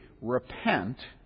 Repent